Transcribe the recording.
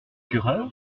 fureur